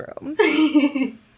Room